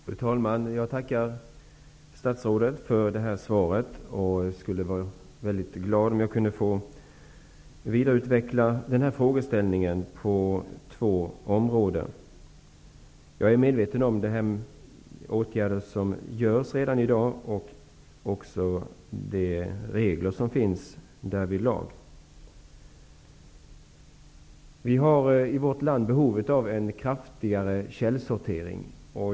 Fru talman! Jag tackar statsrådet för svaret. Jag skulle bli mycket glad om jag kunde få utveckla frågeställningen på två områden. Jag är medveten om de åtgärder som har vidtagits redan i dag och även om de regler som finns därvidlag. Vi har i vårt land behov av en mer omfattande källsortering.